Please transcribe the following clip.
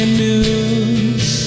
news